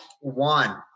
one